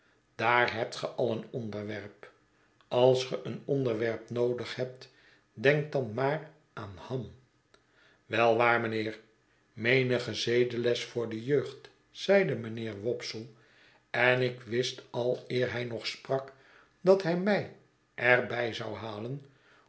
ham daarhebt ge al een onderwerp als ge een onderwerp noodig hebt denk dan maar aan ham wel waar mijnheer menige zedeles voor de jeugd zeide mijnheer wopsle en ik wist al eer hij nog sprak dat hij mij er bij zou halen